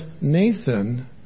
Nathan